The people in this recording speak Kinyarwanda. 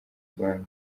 rwanda